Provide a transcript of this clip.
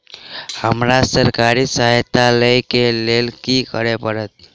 हमरा सरकारी सहायता लई केँ लेल की करऽ पड़त?